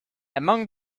among